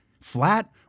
Flat